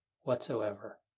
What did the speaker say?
whatsoever